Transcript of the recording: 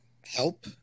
help